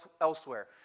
elsewhere